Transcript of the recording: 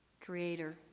Creator